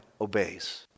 obeys